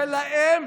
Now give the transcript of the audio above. שלהם,